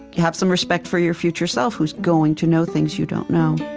have some respect for your future self, who's going to know things you don't know